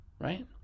Right